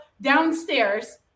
downstairs